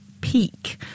peak